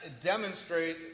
demonstrate